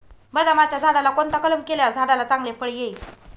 बदामाच्या झाडाला कोणता कलम केल्यावर झाडाला चांगले फळ येईल?